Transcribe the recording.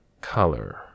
color